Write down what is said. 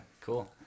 Cool